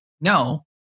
No